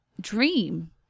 dream